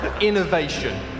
Innovation